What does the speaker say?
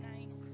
Nice